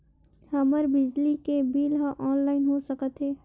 हमर बिजली के बिल ह ऑनलाइन हो सकत हे?